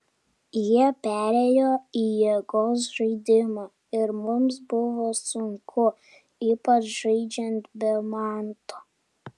jie perėjo į jėgos žaidimą ir mums buvo sunku ypač žaidžiant be manto